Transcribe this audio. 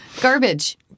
Garbage